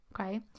Okay